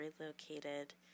relocated